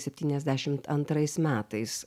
septyniasdešimt antrais metais